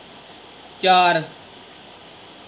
चार